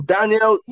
Daniel